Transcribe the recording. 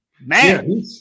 man